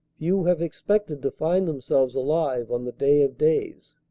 few have expected to find themselves alive on the day of days.